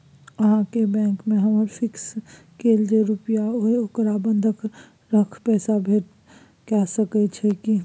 अहाँके बैंक में हमर फिक्स कैल जे रुपिया हय ओकरा बंधक रख पैसा भेट सकै छै कि?